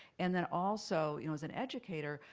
and then also, you know as an educator,